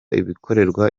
ibikorerwa